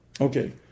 Okay